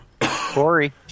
Corey